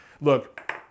Look